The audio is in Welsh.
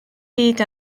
byd